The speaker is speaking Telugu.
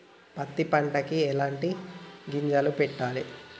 పత్తి పంటకి ఎలాంటి గింజలు పెట్టాలి?